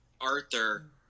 Arthur